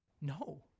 No